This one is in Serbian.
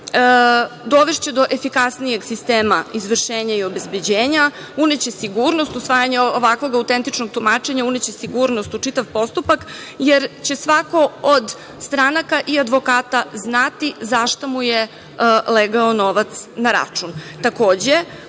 dovešće do efikasnijeg sistema izvršenja i obezbeđenja, uneće sigurnost usvajanje ovakvog autentičnog tumačenja, uneće sigurnost u čitav postupak, jer će svako od stranaka i advokata znati za šta mu je legao novac na račun.